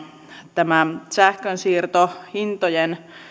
tämä sähkönsiirtohintojen